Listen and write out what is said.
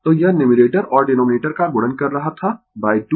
तो यह न्यूमरेटर और डीनोमिनेटर का गुणन कर रहा था 2